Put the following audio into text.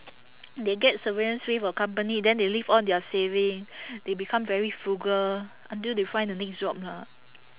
they get severance pay from company then they live on their saving they become very frugal until they find the next job lah